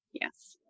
Yes